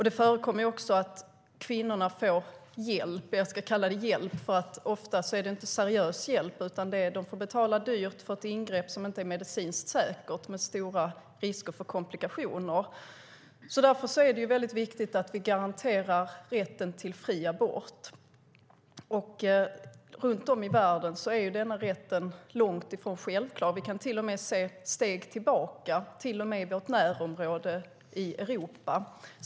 Det förekommer också att kvinnor får "hjälp" - ofta är det inte seriös hjälp, utan de får betala dyrt för ett ingrepp som inte är medicinskt säkert, med stora risker för komplikationer. Därför är det viktigt att vi garanterar rätten till fri abort. Runt om i världen är denna rätt långt ifrån självklar. Vi kan se steg tillbaka, till och med i vårt närområde i Europa.